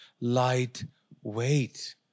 lightweight